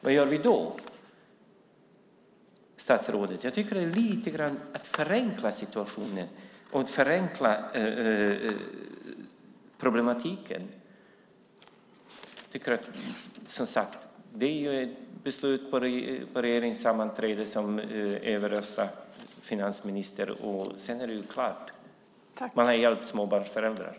Vad ska vi då göra, statsrådet? Det är att förenkla problematiken att säga som man sagt. Det behövs ett beslut på ett regeringssammanträde där man överröstar finansministern, och sedan är det klart. Då har man hjälpt småbarnsföräldrarna.